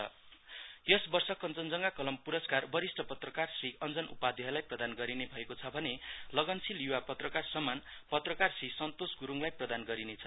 कञ्चनजङ्गा कलम पूरस्कार यस वर्ष कञ्चनजङगा कलम पूरस्कार वरीष्ट पत्रकार श्री अञ्जन उपाध्यायलाई प्रदान गरिने भएको छ भने लगनशील युवा पत्रकार सम्मान पत्रकार श्री सन्तोष गुरुङलाई प्रदान गरिनेछ